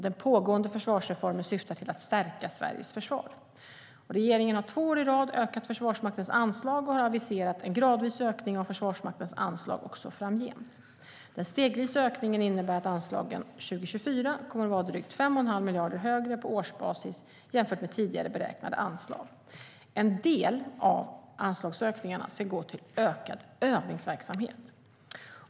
Den pågående försvarsreformen syftar till att stärka Sveriges försvar. Regeringen har två år i rad ökat Försvarsmaktens anslag och har aviserat en gradvis ökning av Försvarsmaktens anslag även framgent. Den stegvisa ökningen innebär att anslagen 2024 kommer att vara drygt 5,5 miljarder större på årsbasis jämfört med tidigare beräknade anslag. En del av anslagsökningarna ska gå till ökad övningsverksamhet.